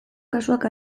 kasuak